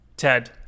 Ted